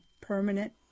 permanent